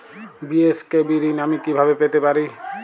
BSKB ঋণ আমি কিভাবে পেতে পারি?